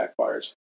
backfires